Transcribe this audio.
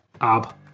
ab